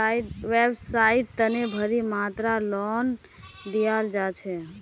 व्यवसाइर तने भारी मात्रात लोन दियाल जा छेक